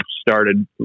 started